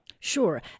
Sure